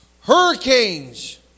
hurricanes